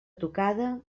tocada